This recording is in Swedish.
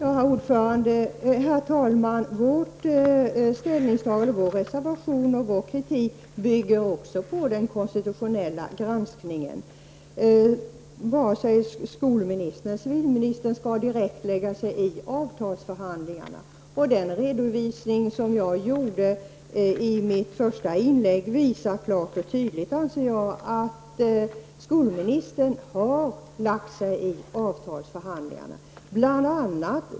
Herr talman! Vårt ställningstagande, vår reservation och kritik bygger också på den konstitutionella granskningen. Varken skolministern eller civilministern skall direkt lägga sig i avtalsförhandlingarna. Den redovisning som jag gjorde i mitt första inlägg visar klart och tydligt, anser jag, att skolministern har lagt sig i avtalsförhandlingarna.